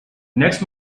next